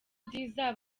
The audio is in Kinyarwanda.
nziza